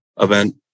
event